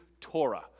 Torah